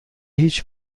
هیچ